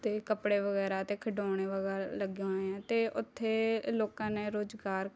ਅਤੇ ਕੱਪੜੇ ਵਗੈਰਾ ਅਤੇ ਖਿਡੋਣੇ ਵਗੈਰਾ ਲੱਗੇ ਹੋਏ ਹੈ ਅਤੇ ਉੱਥੇ ਲੋਕਾਂ ਨੇ ਰੁਜ਼ਗਾਰ